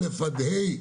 א' עד ה',